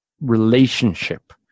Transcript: relationship